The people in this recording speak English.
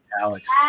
Alex